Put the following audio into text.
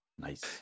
Nice